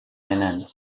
nennen